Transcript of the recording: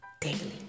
daily